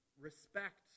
respect